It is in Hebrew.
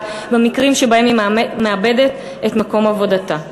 במקרים שבהם היא מאבדת את מקום עבודתה.